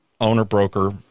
owner-broker